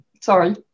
Sorry